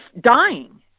dying